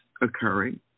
occurring